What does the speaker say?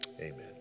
Amen